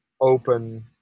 open